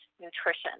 nutrition